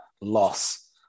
loss